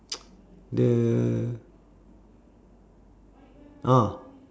the ah